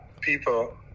people